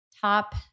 top